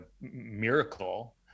miracle